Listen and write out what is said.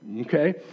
Okay